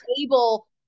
able